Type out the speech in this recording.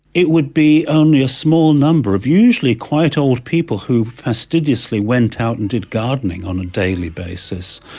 it would be only a small number of usually quite old people who fastidiously went out and did gardening on a daily basis.